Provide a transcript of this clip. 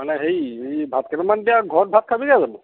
মানে হেৰি এই ভাত কেইটামান এতিয়া ঘৰত ভাত খাবি জানোঁ